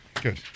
Good